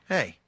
Hey